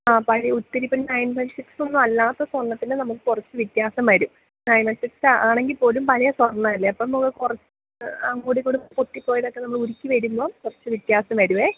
ആ പഴയ ഒത്തിരി അപ്പം നയൻ വൺ സിക്സൊന്നും അല്ലാത്ത സ്വർണത്തിന് നമുക്ക് കുറച്ച് വ്യത്യാസം വരും നയൻ വൺ സിക്സ് ആണെങ്കിൽ പോലും പഴയ സ്വർണമല്ലേ അപ്പം നമ്മൾ കുറച്ച് ആ മൂടികൊട പൊട്ടി പോയതൊക്കെ നമ്മൾ ഉരുക്കി വരുമ്പം കുറച്ച് വ്യത്യാസം വരുമേ